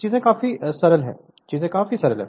चीजें काफी सरल हैं चीजें काफी सरल हैं